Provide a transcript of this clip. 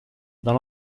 dans